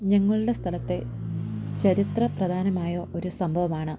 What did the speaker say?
ഞങ്ങളുടെ സ്ഥലത്തെ ചരിത്ര പ്രധാനമായ ഒരു സംഭവമാണ്